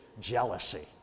jealousy